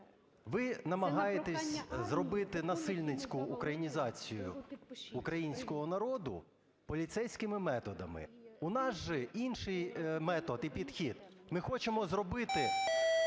Ви намагаєтесь зробити насильницьку українізацію українського народу поліцейськими методами. У нас же інший метод і підхід: ми хочемо зробити